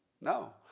No